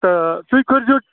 تہٕ تُہۍ کٔرۍزیٚو